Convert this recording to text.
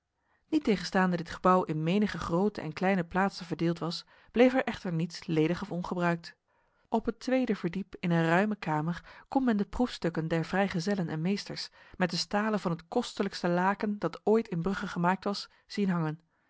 niettegenstaande dit gebouw in menige grote en kleine plaatsen verdeeld was bleef er echter niets ledig of ongebruikt op het tweede verdiep in een ruime kamer kon men de proefstukken der vrijgezellen en meesters met de stalen van het kostelijkste laken dat ooit in brugge gemaakt was zien hangen